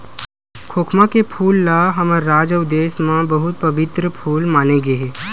खोखमा के फूल ल हमर राज अउ देस म बहुत पबित्तर फूल माने गे हे